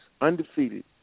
undefeated